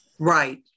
Right